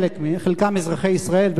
חלקם אזרחי ישראל,